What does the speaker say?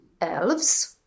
elves